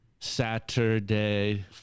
Saturday